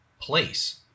place